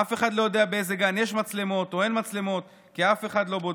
אף אחד לא יודע באיזה גן יש מצלמות או אין מצלמות כי אף אחד לא בודק.